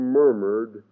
murmured